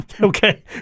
Okay